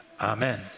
Amen